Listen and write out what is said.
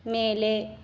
மேலே